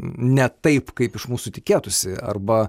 ne taip kaip iš mūsų tikėtųsi arba